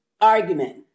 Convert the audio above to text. argument